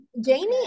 Jamie